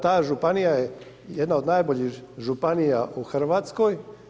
Ta županija je jedna od najboljih županija u Hrvatskoj.